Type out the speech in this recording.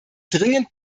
dringend